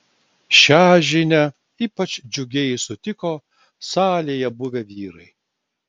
šią žinią ypač džiugiai sutiko salėje buvę vyrai